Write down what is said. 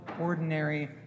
ordinary